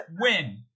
win